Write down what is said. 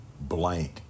blank